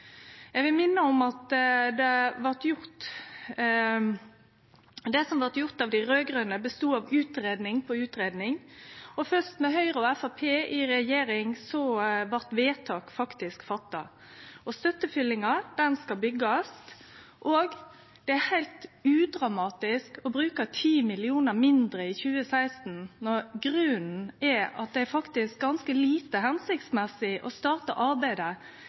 Eg vil minne om at det som blei gjort av dei raud-grøne, bestod av utgreiing på utgreiing, og fyrst med Høgre og Framstegspartiet i regjering blei vedtak faktisk fatta. Støttefyllinga skal byggjast, og det er heilt udramatisk å bruke 10 mill. kr mindre i 2016 når grunnen er at det er lite hensiktsmessig å starte arbeidet